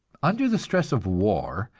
under the stress of war,